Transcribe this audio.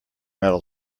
metal